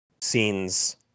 scenes